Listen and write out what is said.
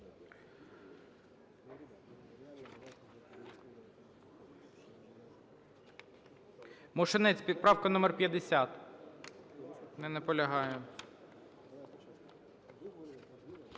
Мошенець, правка номер 50.